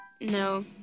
No